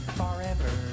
forever